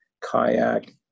kayak